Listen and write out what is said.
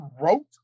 wrote